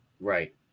Right